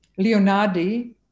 Leonardi